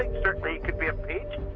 like certainly, he could be impeached.